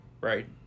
right